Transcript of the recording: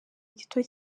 gito